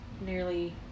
nearly